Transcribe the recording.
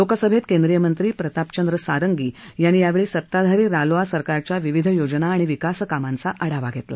लोकसभेत केंद्रीय मंत्री प्रतापचंद्र सारंगी यांनी यावेळी सत्ताधारी रालोआ सरकारच्या विविध योजना आणि विकासकामांचा आढावा घेतला